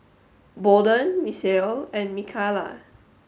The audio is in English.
Bolden Misael and Micayla